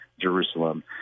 Jerusalem